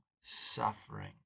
suffering